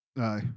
aye